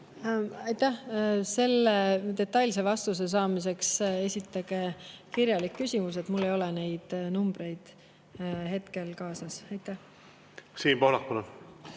Aitäh! Selle detailse vastuse saamiseks esitage kirjalik küsimus. Mul ei ole neid numbreid hetkel kaasas. Aitäh! Selle